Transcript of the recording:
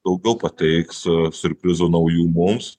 daugiau pateiks siurprizų naujų mums